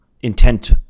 intent